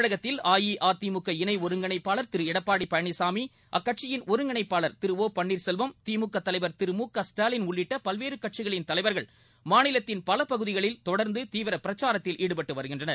தமிழகத்தில் அஇஅதிமுக இணை ஒருங்கிணைப்பாளர் திரு எடப்பாடி பழனிசாமி அக்கட்சியின் ஒருங்கிணைப்பாளர் திரு ஓ பன்னீர்செல்வம் திமூக தலைவர் திரு மு க ஸ்டாலின் உள்ளிட்ட பல்வேறு கட்சிகளின் தலைவர்கள் மாநிலத்தின் பல பகுதிகளில் தொடர்ந்து தீவிர பிரச்சாரத்தில் ஈடுபட்டு வருகின்றனர்